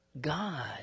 God